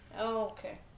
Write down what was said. Okay